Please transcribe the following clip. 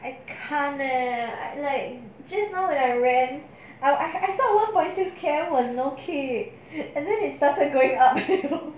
I can't leh I like just now when I ran I I thought one point six K_M was no kick and then I started going up hill